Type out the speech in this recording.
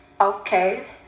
Okay